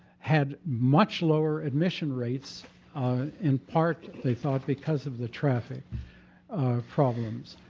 had much lower admission rates in part they thought because of the traffic problems.